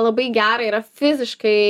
labai gera yra fiziškai